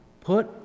Put